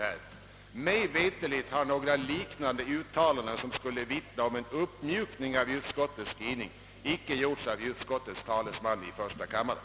Mig veterligt har några liknande uttalanden, som skulle vittna om en uppmjukning av utskottets skrivning, icke gjorts av utskottets talesman i första kammaren.